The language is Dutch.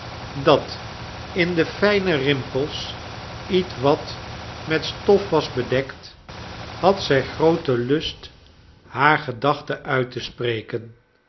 dat in de fijne rimpels ietwat met stof was bedekt had zij grooten lust haar gedachten uit te spreken